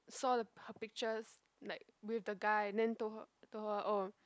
saw the her pictures like with the guy and then told her told her oh